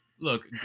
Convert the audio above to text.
Look